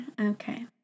okay